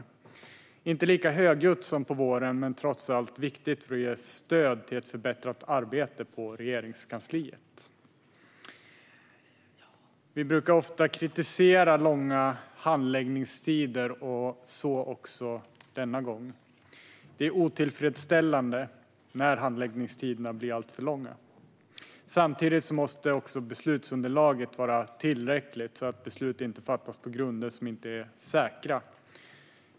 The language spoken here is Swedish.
Det är inte lika högljutt som på våren men trots allt viktigt för att ge stöd till ett förbättrat arbete på Regeringskansliet. Vi brukar ofta kritisera långa handläggningstider, så också denna gång. Det är otillfredsställande när handläggningstiderna blir alltför långa. Samtidigt måste beslutsunderlaget vara tillräckligt så att beslut inte fattas på grunder som inte är säkra.